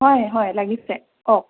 হয় হয় লাগিছে কওক